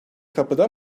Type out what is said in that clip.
kapıda